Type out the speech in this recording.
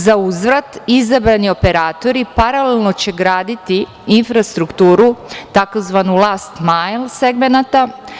Za uzvrat izabrani operatori paralelno će graditi infrastrukturu tzv. last majls segmenata.